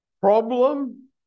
problem